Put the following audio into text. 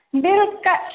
बेलुका